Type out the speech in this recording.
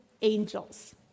angels